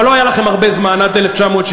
אבל לא היה לכם הרבה זמן, עד 1977,